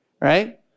right